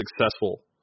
successful